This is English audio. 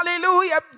hallelujah